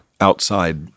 outside